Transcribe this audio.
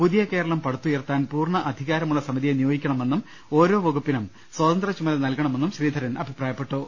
പുതിയ കേരളം പടുത്തുയർത്താൻ പൂർണ്ണ അധികാരമുള്ള സമിതിയെ നിയോഗിക്കണ മെന്നും ഓരോ വകുപ്പിനും സ്വതന്ത്ര ചുമതല നൽകണമെന്നും ശ്രീധരൻ അഭിപ്രാ യപ്പെട്ടു